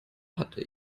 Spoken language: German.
hatte